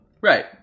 Right